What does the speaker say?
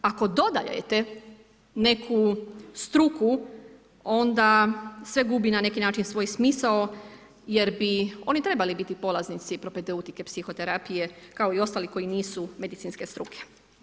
Ako dodajte neku struku, onda sve gubi na neki način svoj smisao, jer bi oni trebali biti polaznici propedeutike psihoterapije, kao i ostali koji nisu medicinske struke.